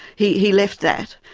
he he left that.